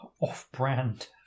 off-brand